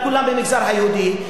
לכולם במגזר היהודי,